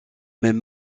même